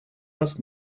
нас